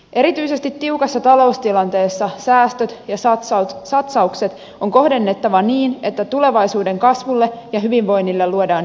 erityisesti tiukassa taloustilanteessa säästöt ja satsaukset on kohdennettava niin että tulevaisuuden kasvulle ja hyvinvoinnille luodaan edellytyksiä